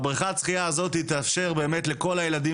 והבריכת שחייה הזאת תאפשר לכל התלמידים